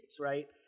right